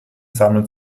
sammeln